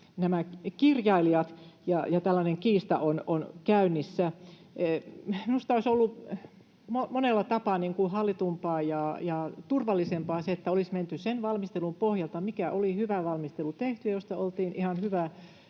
kirjailijat, ja tällainen kiista on käynnissä. Minusta olisi ollut monella tapaa hallitumpaa ja turvallisempaa se, että olisi menty sen valmistelun pohjalta, mistä oli hyvä valmistelu tehty ja mistä oltiin kaikki